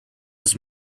his